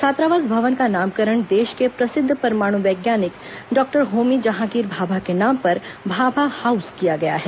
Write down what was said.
छात्रावास भवन का नामकरण देश के प्रसिद्ध परमाणु वैज्ञानिक डॉक्टर होमी जहांगीर भाभा के नाम पर भाभा हाऊस किया गया है